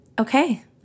Okay